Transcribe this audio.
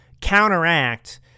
counteract